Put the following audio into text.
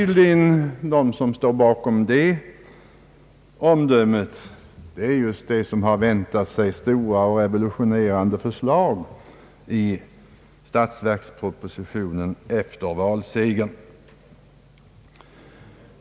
De som står bakom det omdömet är tydligen just de som har väntat sig stora och revolutionerande förslag i statsverkspropositionen efter valsegern.